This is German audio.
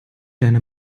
deine